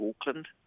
Auckland